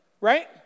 right